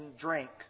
drink